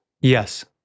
yes